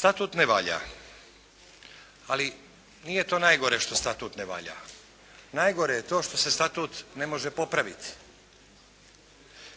Statut ne valja, ali nije to najgore što statut ne valja. Najgore je to što se statut ne može popraviti.